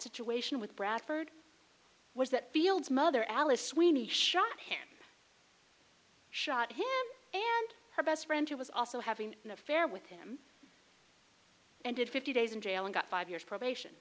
situation with bradford was that fields mother alice sweeney shot him shot him and her best friend who was also having an affair with him and did fifty days in jail and got five years probation